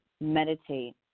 meditate